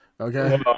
Okay